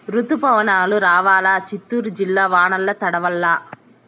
రుతుపవనాలు రావాలా చిత్తూరు జిల్లా వానల్ల తడవల్ల